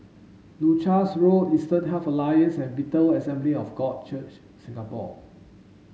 Leuchars Road Eastern Health Alliance and Bethel Assembly of God Church Singapore